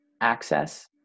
access